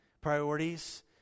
Priorities